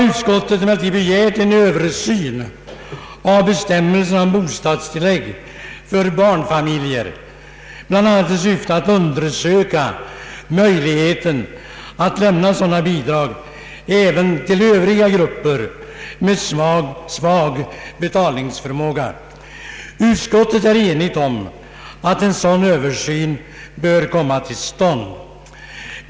Utskottet har emellertid begärt en översyn av bestämmelserna om bostadstillägg för barnfamiljer, bl.a. i syfte att undersöka möjligheten att lämna bidrag även till övriga grupper med svag betalningsförmåga. Utskottet är enigt om att en sådan översyn bör komma till stånd.